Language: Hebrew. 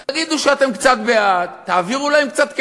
תגידו שאתם קצת בעד, תעבירו להם קצת כסף,